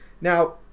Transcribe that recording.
Now